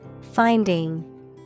Finding